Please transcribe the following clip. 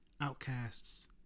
Outcasts